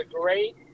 great